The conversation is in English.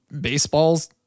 baseballs